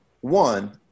One